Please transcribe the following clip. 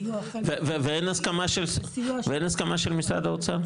ואין הסכמה של משרד האוצר.